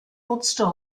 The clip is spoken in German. nutzte